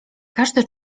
każdy